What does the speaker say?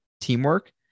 teamwork